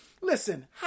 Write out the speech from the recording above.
Listen